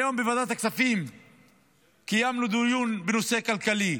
היום בוועדת הכספים קיימנו דיון בנושא כלכלי.